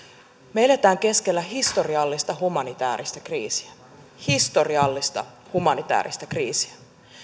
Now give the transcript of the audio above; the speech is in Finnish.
me elämme keskellä historiallista humanitääristä kriisiä historiallista humanitääristä kriisiä